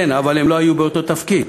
כן, אבל הם לא היו באותו תפקיד,